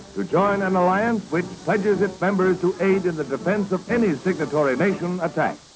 to join an alliance which pledges its members to aid in the defence of any signatory nation attack.